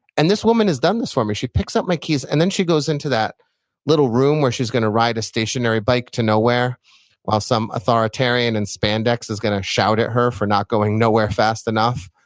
and this woman has done this for me. she picks up my keys and then she goes into that little room where she's going to ride a stationary bike to nowhere while some authoritarian in spandex is going to shout at her for not going nowhere fast enough,